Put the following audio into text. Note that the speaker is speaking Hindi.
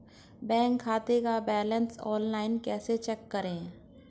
बैंक खाते का बैलेंस ऑनलाइन कैसे चेक करें?